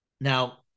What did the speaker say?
now